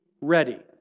ready